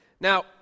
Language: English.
Now